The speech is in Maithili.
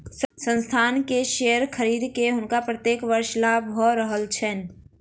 संस्थान के शेयर खरीद के हुनका प्रत्येक वर्ष लाभ भ रहल छैन